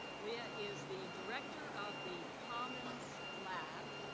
lea ah is the director of the commons lab,